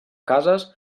cases